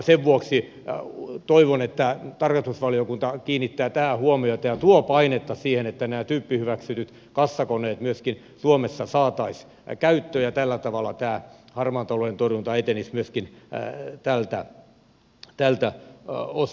sen vuoksi toivon että tarkastusvaliokunta kiinnittää tähän huomiota ja tuo painetta siihen että nämä tyyppihyväksytyt kassakoneet myöskin suomessa saataisiin käyttöön ja tällä tavalla tämä harmaan talouden torjunta etenisi myöskin tältä osin